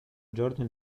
giorno